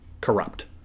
corrupt